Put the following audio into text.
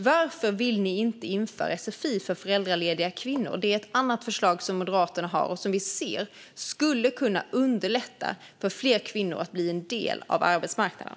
Varför vill ni inte införa sfi för föräldralediga kvinnor? Det är ett annat förslag som Moderaterna har och som vi ser skulle kunna underlätta för fler kvinnor att bli en del av arbetsmarknaden.